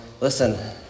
listen